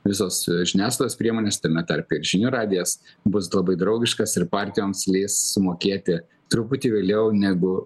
visos žiniasklaidos priemonės tame tarpe ir žinių radijas bus labai draugiškas ir partijoms leis sumokėti truputį vėliau negu